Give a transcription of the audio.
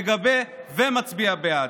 מגבה ומצביע בעד.